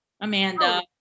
Amanda